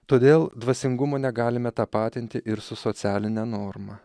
todėl dvasingumo negalime tapatinti ir su socialine norma